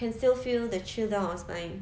can still feel the chill down our spine